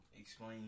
Explain